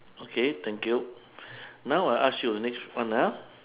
okay thank you now I ask you next one ah